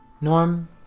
Norm